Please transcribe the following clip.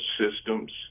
Systems